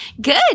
Good